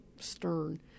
stern